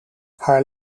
haar